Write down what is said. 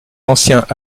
anciens